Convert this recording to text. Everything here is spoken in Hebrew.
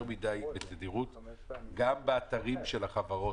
האם זה נתונים אחרים?